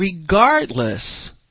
regardless